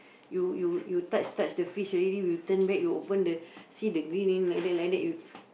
you you you touch touch the fish already you turn back you open the see the like that like that